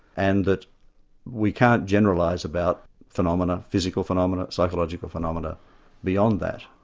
and that we can't generalise about phenomena, physical phenomena, psychological phenomena beyond that.